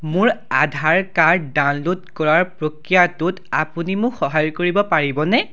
মোৰ Aadhaar card download কৰাৰ প্ৰক্ৰিয়াটোত আপুনি মোক সহায় কৰিব পাৰিবনে